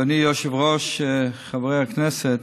אדוני היושב-ראש, חברי הכנסת,